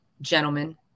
gentlemen